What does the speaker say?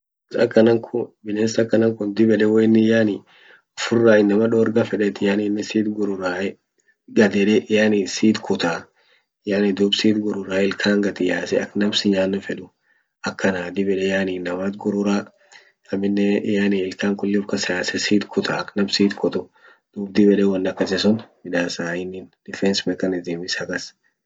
Akan kun bines akana kun dib yede hoinin yani ufirra inama dorga feden it yanine sit gurura ahe gad yede yani sit kuta yani dub sit gurura ilkan gadyase ak nam sinyanno fedu akana dib yede yani inamat gurura amine yani ilkan kulli ufakasa yase sit kuta ak nam sit kutu dub dib yede won akasi sun midasa inin defence mechanism isa akas.